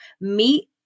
meet